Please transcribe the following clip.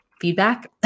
feedback